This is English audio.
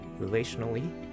relationally